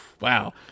Wow